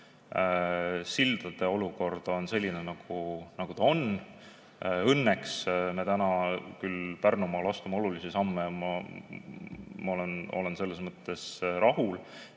Sildade olukord on selline, nagu ta on. Õnneks me küll Pärnumaal astume olulisi samme. Ma olen selles mõttes rahul,